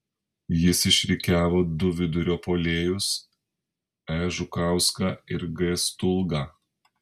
jis išrikiavo du vidurio puolėjus e žukauską ir g stulgą